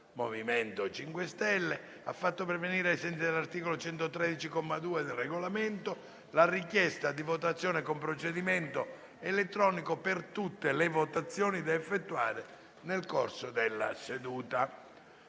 MoVimento 5 Stelle ha fatto pervenire, ai sensi dell'articolo 113, comma 2, del Regolamento, la richiesta di votazione con procedimento elettronico per tutte le votazioni da effettuare nel corso della seduta.